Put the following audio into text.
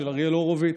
של אריאל הורוביץ,